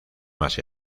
más